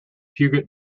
peugeot